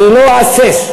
אני לא אהסס,